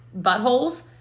buttholes